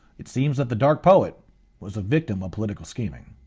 it seems that the dark poet was a victim of political scheming.